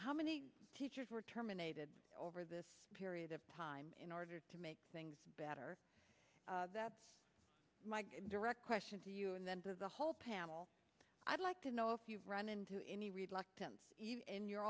how many teachers were terminated over this period of time in order to make things better that direct question to you and then to the whole panel i'd like to know if you've run into any reluctance in your